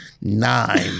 Nine